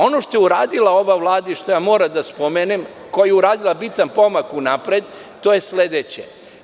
Ono što je uradila ova Vlada i što moram da spomenem, koja je uradila bitan pomak unapred, to je sledeće.